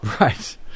right